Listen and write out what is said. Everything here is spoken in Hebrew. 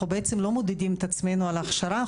בעצם לא מודדים את עצמנו על ההכשרה,